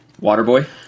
Waterboy